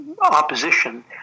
opposition